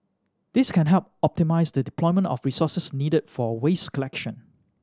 this can help optimise the deployment of resources needed for waste collection